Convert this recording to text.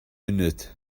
munud